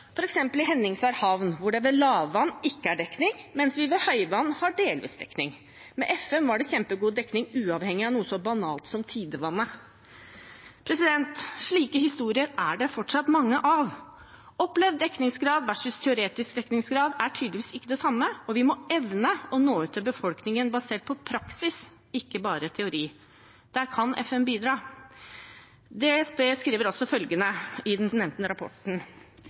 i Henningsvær havn, hvor det ved lavvann ikke er dekning, mens det ved høyvann er delvis dekning. Med FM var det kjempegod dekning uavhengig av noe så banalt som tidevannet. Slike historier er det fortsatt mange av. Opplevd dekningsgrad versus teoretisk dekningsgrad er tydeligvis ikke det samme, og vi må evne å nå ut til befolkningen basert på praksis, ikke bare på teori. Der kan FM bidra. DSB skriver også følgende i den nevnte rapporten: